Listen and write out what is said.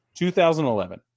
2011